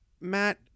Matt